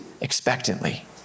expectantly